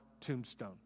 tombstone